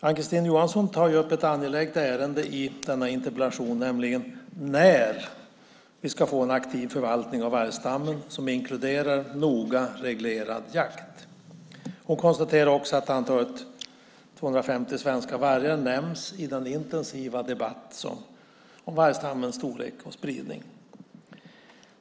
Ann-Kristine Johansson tar i interpellationen upp en angelägen fråga, nämligen när vi ska få en aktiv förvaltning av vargstammen som inkluderar noga reglerad jakt. Hon konstaterar också att antalet, 250 svenska vargar, nämns i den intensiva debatten om vargstammens storlek och spridning.